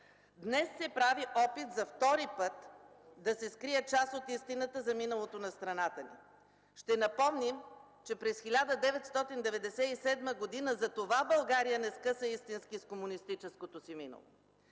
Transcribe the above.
Днес се прави опит за втори път да се скрие част от истината за миналото на страната ни. Ще напомним, че през 1997 г. затова България не скъса истински с комунистическото си минало.